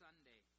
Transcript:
Sunday